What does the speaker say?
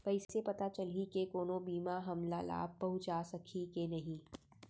कइसे पता चलही के कोनो बीमा हमला लाभ पहूँचा सकही के नही